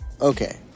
Okay